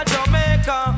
Jamaica